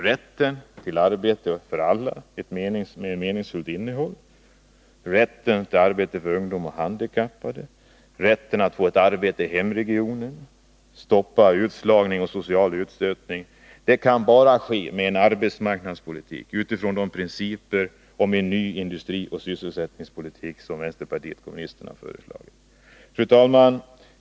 Rätten till ett arbete med meningsfullt innehåll för alla, rätten till arbete för ungdomar och handikappade, rätten att få ett arbete i hemregionen, stopp för utslagning och social utstötning — det kan bara förverkligas med en ny arbetsmarknadspolitik utifrån de principer för en ny industrioch sysselsättningspolitik som vpk har föreslagit. Fru talman!